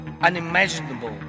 unimaginable